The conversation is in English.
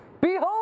Behold